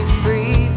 free